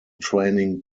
training